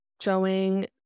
showing